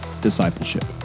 Discipleship